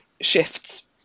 shifts